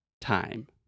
time